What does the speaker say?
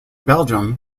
belgium